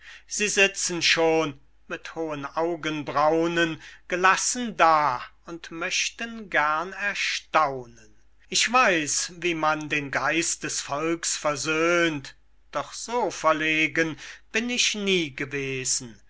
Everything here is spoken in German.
sie sitzen schon mit hohen augenbraunen gelassen da und möchten gern erstaunen ich weiß wie man den geist des volks versöhnt doch so verlegen bin ich nie gewesen